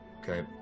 Okay